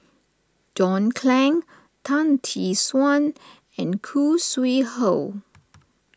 John Clang Tan Tee Suan and Khoo Sui Hoe